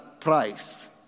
price